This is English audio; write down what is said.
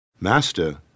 Master